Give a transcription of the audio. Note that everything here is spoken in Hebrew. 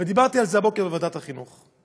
ודיברתי על זה הבוקר בוועדת החינוך: